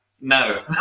no